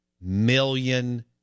million